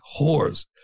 whores